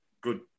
good